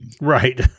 Right